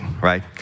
right